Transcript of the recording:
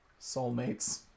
soulmates